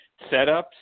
setups